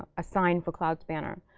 assigned for cloud spanner.